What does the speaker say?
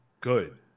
good